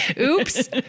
oops